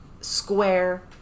square